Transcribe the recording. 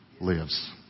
lives